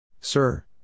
Sir